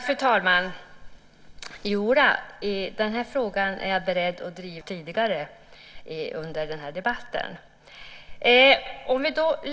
Fru talman! Jo, den här frågan är jag beredd att driva och stödja i den riktning som jag tidigare i den här debatten har anfört.